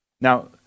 now